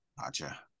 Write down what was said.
gotcha